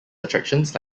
attractions